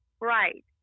Right